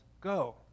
go